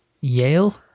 Yale